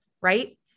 right